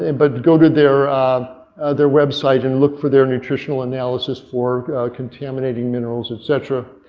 and but go to their their website and look for their nutritional analysis for contaminating minerals, etcetera.